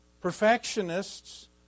Perfectionists